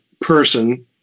person